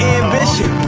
ambition